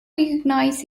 recognise